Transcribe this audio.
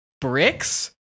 bricks